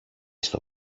στο